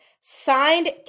signed